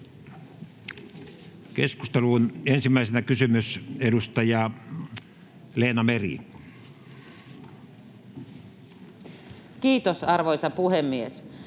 Keskusteluun. — Ensimmäisenä kysymys, edustaja Leena Meri. Kiitos, arvoisa puhemies!